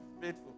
faithful